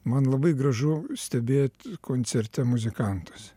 man labai gražu stebėt koncerte muzikantus